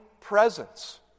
presence